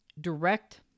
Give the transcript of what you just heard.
direct